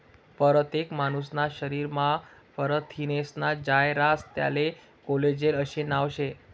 परतेक मानूसना शरीरमा परथिनेस्नं जायं रास त्याले कोलेजन आशे नाव शे